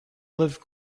liv